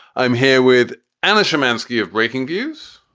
i'm here with anna shymansky of breakingviews.